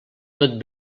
tot